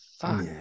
fuck